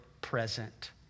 present